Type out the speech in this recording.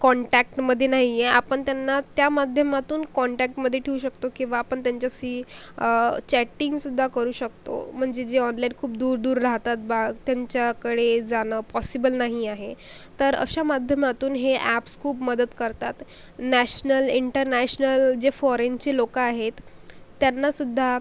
कॉन्टॅक्टमधे नाहीये आपण त्यांना त्या माध्यमातून कॉन्टॅकमधे ठेवू शकतो किंवा आपण त्यांच्याशी चॅटिंगसुद्धा करू शकतो म्हणजे जे ऑनलाईन खूप दूर दूर राहतात बा त्यांच्याकडे जाणं पॉसिबल नाही आहे तर अशा माध्यमातून हे ॲप्स खूप मदत करतात नॅशनल इंटरनॅशनल जे फॉरेनचे लोकं आहेत त्यांनासुद्धा